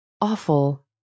Awful